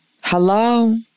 Hello